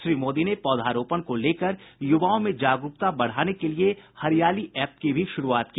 श्री मोदी ने पौधारोपण को लेकर युवाओं में जागरूकता बढ़ाने के लिये हरियाली एप की भी शुरूआत की